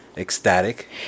ecstatic